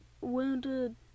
wounded